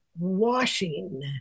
washing